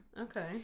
Okay